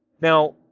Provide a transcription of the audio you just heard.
Now